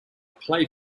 play